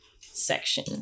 section